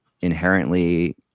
inherently